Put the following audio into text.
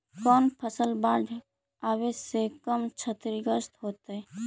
कौन फसल बाढ़ आवे से कम छतिग्रस्त होतइ?